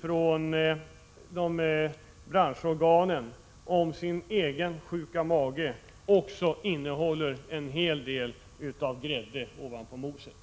från branschorganisationerna om deras egna sjuka magar måste kompletteras med att det också finns en hel del grädde ovanpå moset.